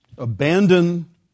Abandon